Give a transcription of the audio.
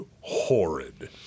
horrid